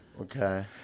Okay